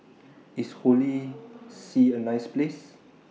IS Holy See A nice Place